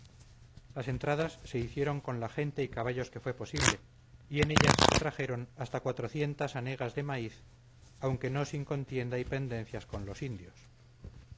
las entradas se hicieron con la gente y caballos que fue posible y en ellas se trajeron hasta cuatrocientas hanegas de maíz aunque no sin contienda y pendencias con los indios